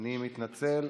אני מתנצל.